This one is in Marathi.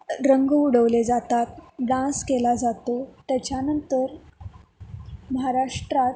रंग उडवले जातात डान्स केला जातो त्याच्यानंतर महाराष्ट्रात